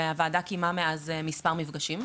והוועדה קיימה מאז מספר מפגשים,